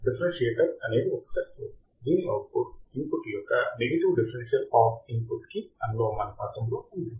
differentiator అనేది ఒక circuit దీని అవుట్పుట్ ఇన్పుట్ యొక్క నెగెటివ్ డిఫరెన్షియల్ ఆఫ్ ఇన్పుట్ కి అనులోమానుపాతంలో ఉంటుంది